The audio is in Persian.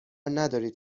ندارید